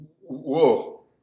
whoa